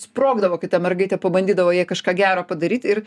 sprogdavo kai ta mergaitė pabandydavo jai kažką gero padaryt ir